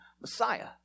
Messiah